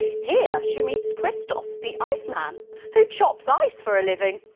here she meets christophe the ice man who chops ice for a living.